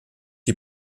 die